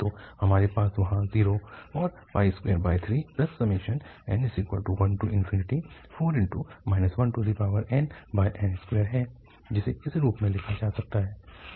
तो हमारे पास वहाँ 0 और 23n14 1nn2 है जिसे इस रूप में लिखा जा सकता है